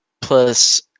plus